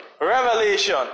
revelation